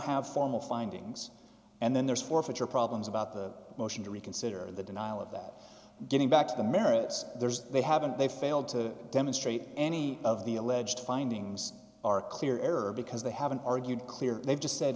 have formal findings and then there's forfeiture problems about the motion to reconsider the denial of that getting back to the merits there's they haven't they failed to demonstrate any of the alleged findings are clear error because they haven't argued clear they've just said